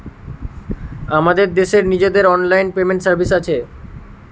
আমাদের দেশের নিজেদের অনলাইন পেমেন্ট সার্ভিস আছে